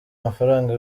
amafaranga